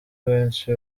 benshi